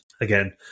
Again